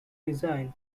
design